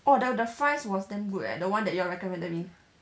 orh the the fries was damn good leh the one that you all recommended me